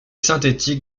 synthétique